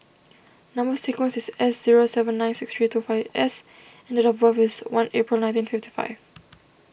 Number Sequence is S zero seven nine six three two five S and date of birth is one April nineteen fifty five